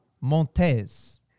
Montez